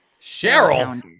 Cheryl